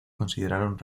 consideraron